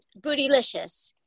Bootylicious